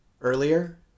earlier